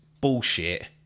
bullshit